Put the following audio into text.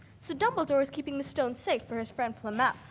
so dumbledore is keeping the stone safe for his friend flamel.